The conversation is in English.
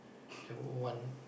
to want